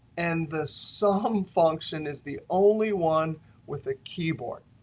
and the sum function is the only one with a keyboard.